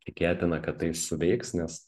tikėtina kad tai suveiks nes